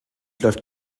läuft